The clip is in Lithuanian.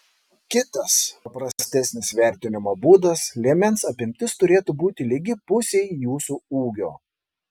kitas paprastesnis vertinimo būdas liemens apimtis turėtų būti lygi pusei jūsų ūgio